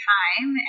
time